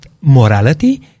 morality